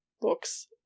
books